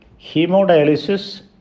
Hemodialysis